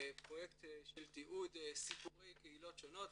פרויקט של תיעוד סיפורי קהילות שונות,